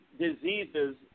diseases